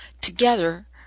together